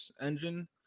engine